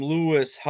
Lewis